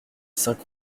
sainte